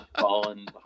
falling